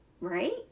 Right